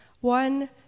One